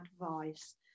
advice